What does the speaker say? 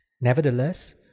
Nevertheless